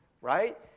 right